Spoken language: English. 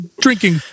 drinking